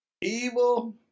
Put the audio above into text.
evil